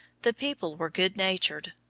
the people were good-natured,